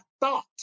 thought